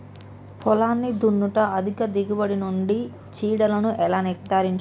పొలాన్ని దున్నుట అధిక దిగుబడి నుండి చీడలను ఎలా నిర్ధారించాలి?